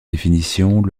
définitions